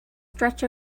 stretch